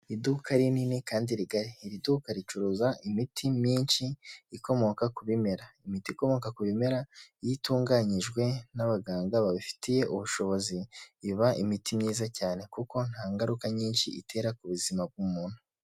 Iduka rinini kandi rigari, iri duka ricuruza imiti myinshi ikomoka ku bimera. Imiti ikomoka ku bimera iyo itunganyijwe n'abaganga babifitiye ubushobozi, iba imiti myiza cyane kuko nta ngaruka nyinshi itera ku buzima bw'umuntu.